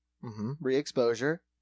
re-exposure